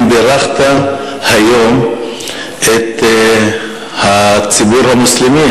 האם בירכת היום את הציבור המוסלמי?